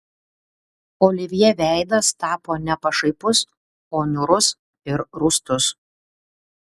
olivjė veidas tapo ne pašaipus o niūrus ir rūstus